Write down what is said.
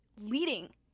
leading